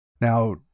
Now